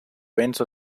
béns